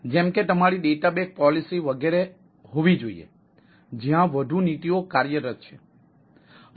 જેમ કે તમારી ડેટા બેક પોલિસી વગેરે હોવી જોઈએ જ્યાં વધુ નીતિઓ કાર્યરત છે